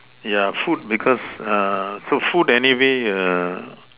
yeah food because uh so food anyway uh